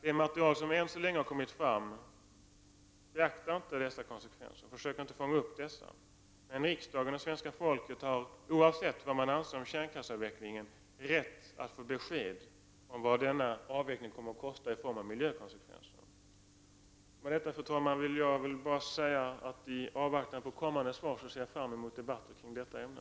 Det material som än så länge har kommit fram beaktar inte dessa konsekvenser och försöker inte fånga upp dem. Riksdagen och svenska folket har emellertid, oavsett vad vi anser om kärnkraftsavvecklingen, rätt att få besked om vad denna avveckling kommer att kosta i form av miljökonsekvenser. Med detta, fru talman, vill jag bara säga att jag i avvaktan på kommande svar ser fram emot debatter i detta ämne.